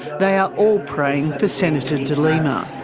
they are all praying for senator de lima.